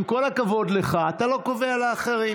עם כל הכבוד לך, אתה לא קובע לאחרים.